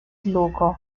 loco